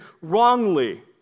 wrongly